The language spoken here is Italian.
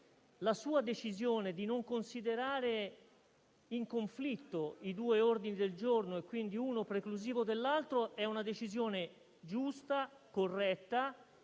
la sua decisione di non considerare in conflitto i due ordini del giorno, e quindi uno preclusivo dell'altro, è una decisione giusta e corretta.